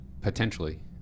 potentially